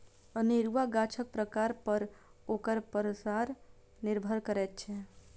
अनेरूआ गाछक प्रकार पर ओकर पसार निर्भर करैत छै